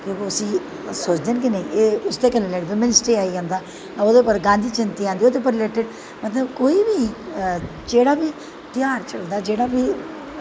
सोचदे न कि नेईं एह् उसदे कन्नै आई जंदा ओह्दे पर गांधी ज्यंति आंदी ऐ ओह्दे पर रिलेटड मतलब कोई बी जेह्ड़ा बी तेहार चलदा जेह्ड़ा बी